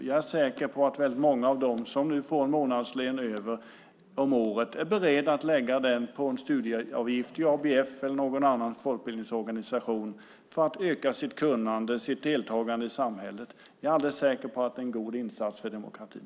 Jag är säker på att många av dem som nu får en månadslön över om året är beredd att lägga den på en studieavgift till ABF eller någon annan folkbildningsorganisation för att öka sitt kunnande och sitt deltagande i samhället. Jag är alldeles säker på att det är en god insats för demokratin.